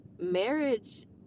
marriage